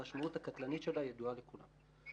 המשמעות הקטלנית שלה ידועה לכולם.